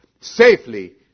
safely